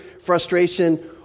frustration